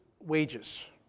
wages